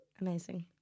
Amazing